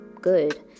good